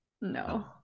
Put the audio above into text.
No